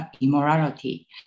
immorality